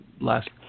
last